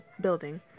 building